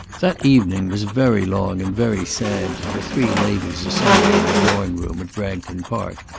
that evening was very long and very sad to the three ladies assembled in the drawing-room at bragton park,